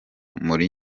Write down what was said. muri